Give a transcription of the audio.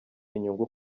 inyungu